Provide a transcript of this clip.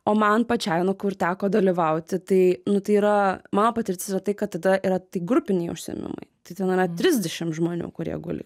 o man pačiai nu kur teko dalyvauti tai nu tai yra mano patirtis yra tai kad tada yra tai grupiniai užsiėmimai tai ten yra trisdešim žmonių kurie guli